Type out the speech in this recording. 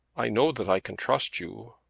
i know that i can trust you.